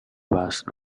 vast